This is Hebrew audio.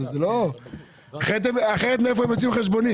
השני כי אחרת מאיפה הם יוציאו חשבונית?